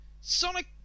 Sonic